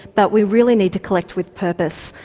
but we really need to collect with purpose,